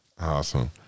awesome